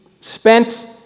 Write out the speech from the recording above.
spent